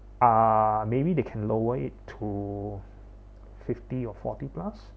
uh maybe they can lower it to fifty or forty plus